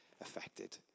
affected